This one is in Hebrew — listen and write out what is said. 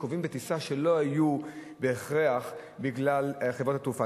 עיכובים בטיסה שלא היו בהכרח בגלל חברת התעופה.